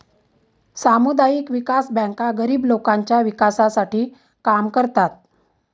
सामुदायिक विकास बँका गरीब लोकांच्या विकासासाठी काम करतात